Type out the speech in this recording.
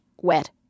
wet